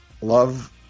love